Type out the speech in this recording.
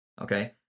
Okay